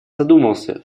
задумался